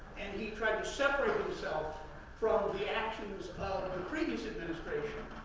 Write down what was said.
and he tried to separate himself from the actions of the previous administration